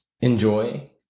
enjoy